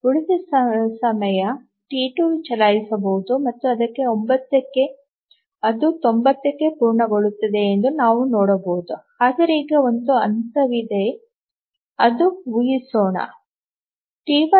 ಉಳಿದ ಸಮಯ ಟಿ2 ಚಲಾಯಿಸಬಹುದು ಮತ್ತು ಅದು 90 ಕ್ಕೆ ಪೂರ್ಣಗೊಳ್ಳುತ್ತದೆ ಎಂದು ನಾವು ನೋಡಬಹುದು ಆದರೆ ಈಗ ಒಂದು ಹಂತವಿದೆ ಎಂದು ಊಹಿಹಿಸೋಣ